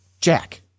Jack